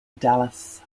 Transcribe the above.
dallas